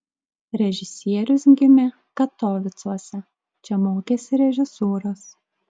režisierius gimė katovicuose čia mokėsi režisūros